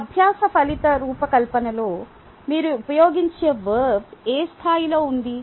అభ్యాస ఫలిత రూపకల్పనలో మీరు ఉపయోగించే వర్బ్ ఏ స్థాయిలో ఉంది